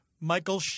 Michael